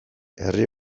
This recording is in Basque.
herri